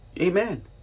Amen